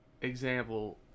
example